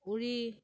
উৰি